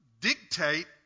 dictate